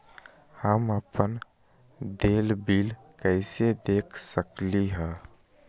हम अपन देल बिल कैसे देख सकली ह?